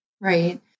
Right